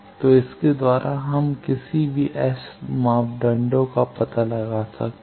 तो इसके द्वारा हम किसी भी S मापदंडों का पता लगा सकते हैं